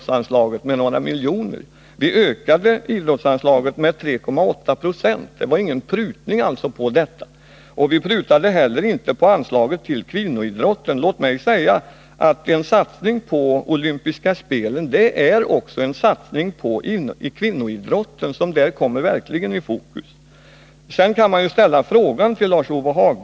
Vi ökade det med några miljoner. Vi höjde det med 3,8 26. Vi prutade inte heller på anslaget till kvinnoidrotten. En satsning på olympiska spel är också en satsning på kvinnoidrotten, som där verkligen kommer i fokus.